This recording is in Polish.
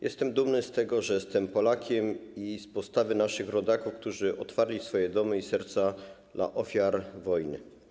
Jestem dumny z tego, że jestem Polakiem, i z postawy naszych rodaków, którzy otworzyli swoje domy i serca dla ofiar wojny.